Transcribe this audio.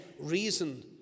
reason